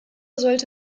sollte